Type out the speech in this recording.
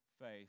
faith